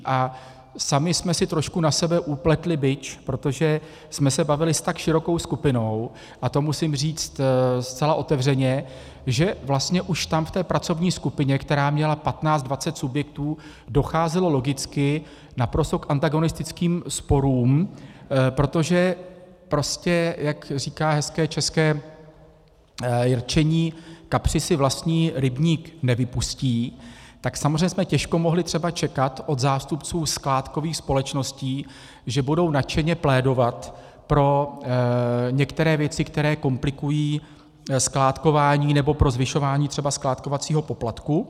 A sami jsme si trošku na sebe upletli bič, protože jsme se bavili s tak širokou skupinou a to musím říct zcela otevřeně, že vlastně už tam v té pracovní skupině, která měla patnáct, dvacet subjektů, docházelo logicky naprosto k antagonistickým sporům, protože prostě jak říká hezké české rčení, kapři si vlastní rybník nevypustí, tak samozřejmě jsme těžko mohli třeba čekat od zástupců skládkových společností, že budou nadšeně plédovat pro některé věci, které komplikují skládkování, nebo pro zvyšování třeba skládkovacího poplatku.